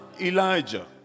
Elijah